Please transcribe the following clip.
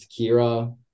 Kira